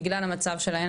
בגלל המצב שלהם.